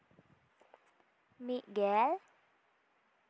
ᱢᱤᱫᱜᱮᱞ